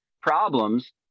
problems